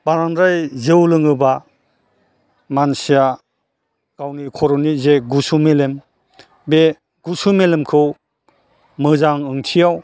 बांद्राय जौ लोङोबा मानसिया गावनि खर'नि जे गुसु मेलेम बे गुसु मेलेमखौ मोजां ओंथियाव